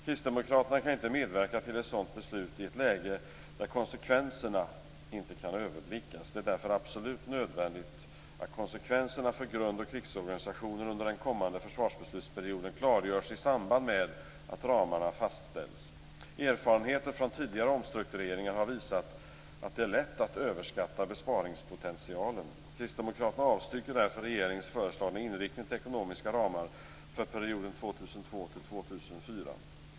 Kristdemokraterna kan inte medverka till ett sådant beslut i ett läge där konsekvenserna inte kan överblickas. Det är därför absolut nödvändigt att konsekvenserna för grundoch krigsorganisationen under den kommande försvarsbeslutsperioden klargörs i samband med att ramarna fastställs. Erfarenheter från tidigare omstruktureringar har visat att det är lätt att överskatta besparingspotentialen. Kristdemokraterna avstyrker därför regeringens föreslagna inriktning till ekonomiska ramar för perioden 2002-2004.